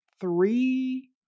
three